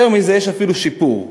יותר מזה, יש אפילו שיפור.